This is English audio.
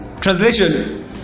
translation